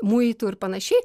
muitų ir panašiai